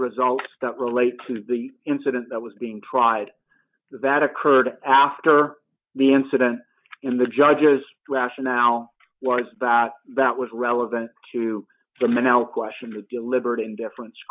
results that relate to the incident that was being tried that occurred after the incident in the judge's rationale that that was relevant to the man now question the deliberate indifference